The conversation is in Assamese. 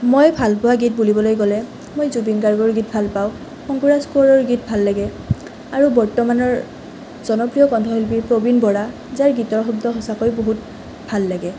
মই ভালপোৱা গীত বুলিবলৈ গ'লে মই জুবিন গাৰ্গৰ গীত ভাল পাওঁ শংকুৰাজ কোঁৱৰৰ গীত ভাল লাগে আৰু বৰ্তমানৰ জনপ্ৰিয় কণ্ঠশিল্পী প্ৰবীণ বৰা যাৰ গীতৰ শব্দ সঁচাকৈ বহুত ভাল লাগে